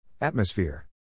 Atmosphere